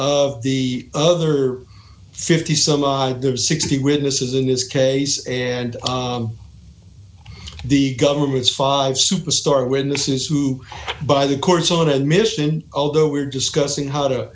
of the other fifty some odd sixty witnesses in this case and the government's five super star witnesses who by the course own admission although we are discussing how to